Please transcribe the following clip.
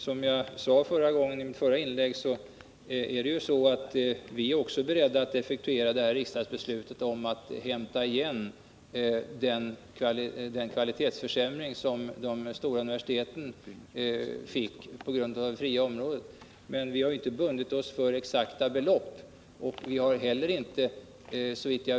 Som jag sade i mitt förra inlägg, är vi också beredda att effektuera riksdagsbeslutet om att hämta igen den kvalitetsförsämring som de stora universiteten fick vidkännas på grund av det fria området.